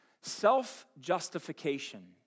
Self-justification